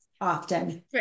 often